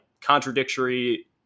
contradictory